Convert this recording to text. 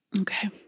Okay